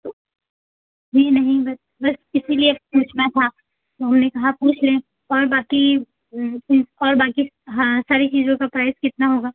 तो जी नहीं बस बस इसीलिए पूछना था तो हमने कहा पूछ लें और बाकी इस और बाकी हाँ सारी चीज़ों का प्राइस कितना होगा